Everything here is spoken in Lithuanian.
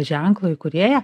ženklo įkūrėja